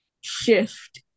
shift